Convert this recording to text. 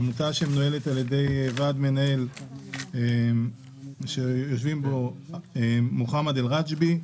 עמותה שמנוהלת על ידי ועד מנהל שיושבים בו מוחמד אל-רא'בי,